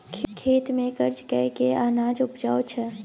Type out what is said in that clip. खेत मे काज कय केँ अनाज उपजाबै छै